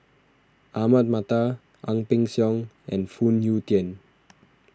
Ahmad Mattar Ang Peng Siong and Phoon Yew Tien